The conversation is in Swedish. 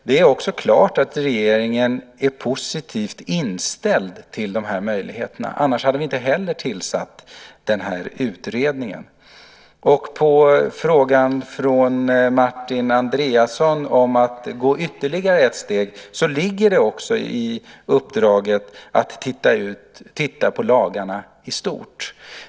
Det är också klart att regeringen är positivt inställd till de här möjligheterna, annars hade vi inte heller tillsatt den här utredningen. På frågan från Martin Andreasson om att gå ytterligare ett steg vill jag säga att det också ligger i uppdraget att titta på lagarna i stort.